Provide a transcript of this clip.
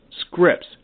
scripts